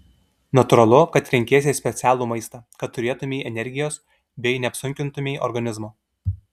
natūralu kad renkiesi specialų maistą kad turėtumei energijos bei neapsunkintumei organizmo